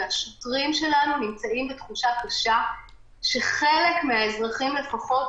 והשוטרים שלנו נמצאים בתחושה קשה שחלק מהאזרחים לפחות,